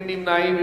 אין נמנעים.